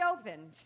opened